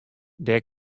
dêr